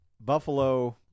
Buffalo